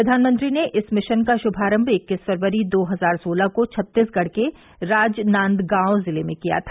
प्रधानमंत्री ने इस मिशन का शुभारंभ इक्कीस फरवरी दो हजार सोलह को छत्तीसगढ़ के राजनादगाव जिले में किया था